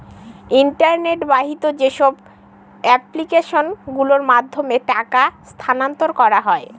internet বাহিত যেসব application গুলোর মাধ্যমে টাকা স্থানান্তর করা হয়